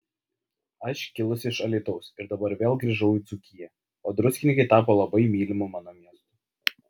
aš kilusi iš alytaus ir dabar vėl grįžau į dzūkiją o druskininkai tapo labai mylimu mano miestu